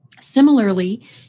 Similarly